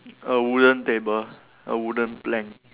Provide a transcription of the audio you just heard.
a wooden table a wooden plank